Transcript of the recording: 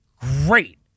great